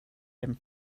him